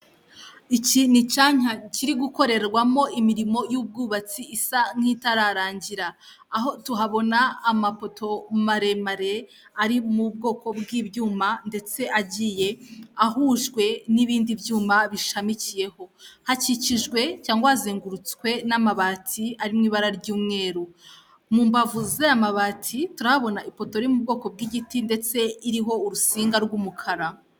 Iyi ni hoteri yubatse ku buryo bugezweho ndetse butangaje, ikaba yubatse mu gihugu cy' uRwanda mu mujyi wa Kigali; aho abakerarugendo bishimira kuyisura ndetse ikaberarwamo n'ibikorwa bitandukanye by'igihugu.